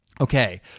Okay